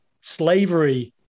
slavery